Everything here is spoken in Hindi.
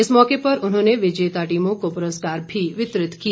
इस मौके पर उन्होंने विजेता टीमों को पुरस्कार मी वितरित किए